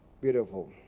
Beautiful